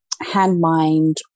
hand-mined